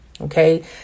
okay